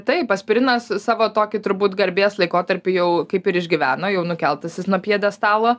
taip aspirinas savo tokį turbūt garbės laikotarpį jau kaip ir išgyveno jau nukeltas nuo pjedestalo